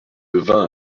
devint